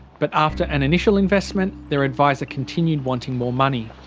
but after an initial investment their adviser continued wanting more money.